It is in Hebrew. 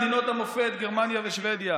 בואו נראה מה קרה במדינות המופת גרמניה ושבדיה.